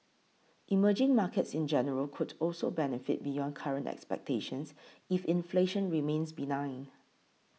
emerging markets in general could also benefit beyond current expectations if inflation remains benign